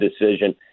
decision